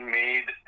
made